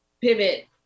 pivot